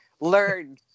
Learn